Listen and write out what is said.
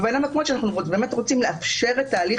לבין המקומות שאנחנו באמת רוצים לאפשר את תהליך